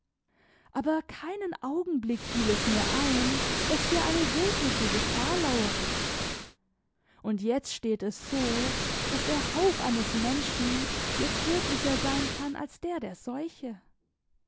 aber keinen augenblick fiel es mir ein daß hier eine wirkliche gefahr lauere und jetzt steht es so daß der hauch eines menschen dir tödlicher sein kann als der der seuche